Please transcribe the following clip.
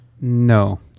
No